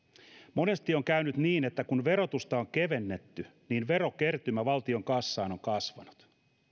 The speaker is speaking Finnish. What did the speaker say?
monesti on käynyt niin että kun verotusta on kevennetty niin verokertymä valtion kassaan on kasvanut